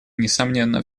несомненно